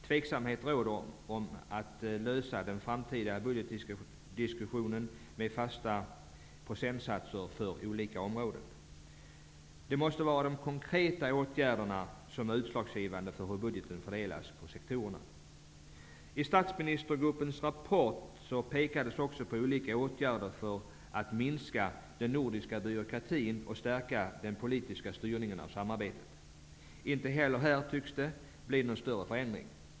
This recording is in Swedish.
Tveksamhet råder om att lösa den framtida budgetdiskussionen genom fasta procentsatser för olika områden. De konkreta åtgärderna måste vara utslagsgivande för hur budgeten fördelas på sektorerna. I statsministergruppens rapport pekades också på olika åtgärder för att minska den nordiska byråkratin och stärka den politiska styrningen av samarbetet. Inte heller här tycks det bli någon större förändring.